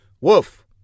Woof